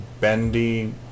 Bendy